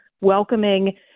welcoming